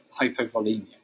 hypovolemia